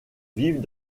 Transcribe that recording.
vivent